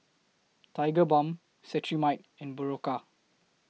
Tigerbalm Cetrimide and Berocca